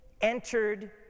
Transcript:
entered